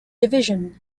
division